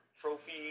trophy